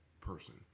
person